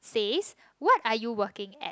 says what are you working at